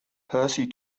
percy